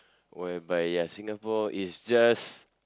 whereby ya Singapore is just